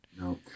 No